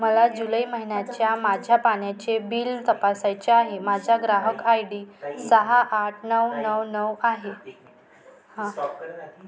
मला जुलै महिन्याच्या माझ्या पाण्याचे बिल तपासायचे आहे माझा ग्राहक आय डी सहा आठ नऊ नऊ नऊ आहे हां